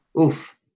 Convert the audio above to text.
oof